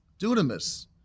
dunamis